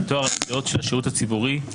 על טוהר המידות של השירות הציבורי,